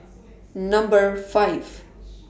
Number five